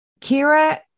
Kira